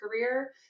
career